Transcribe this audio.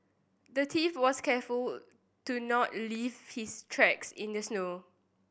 the thief was careful to not leave his tracks in the snow